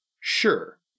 Sure